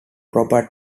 proper